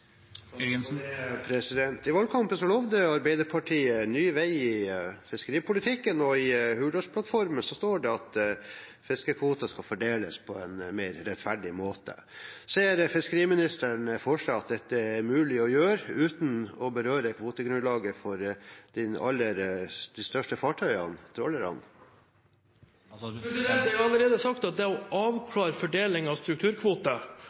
I Hurdalsplattformen står det at fiskekvoter skal fordeles på en mer rettferdig måte. Ser fiskeriministeren for seg at dette er mulig å gjøre uten å berøre kvotegrunnlaget for de største fartøyene, altså trålerne? Jeg har allerede sagt at det å avklare fordeling av